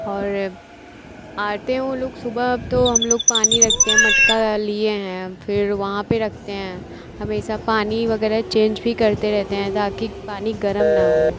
और आते हैं वे लोग सुबह तो हम लोग पानी रखते हैं मटका लिए हैं हम फिर वहाँ पर रखते हैं हमेशा पानी वग़ैरह चेंज भी करते रहते हैं ताकी पानी गर्म ना हो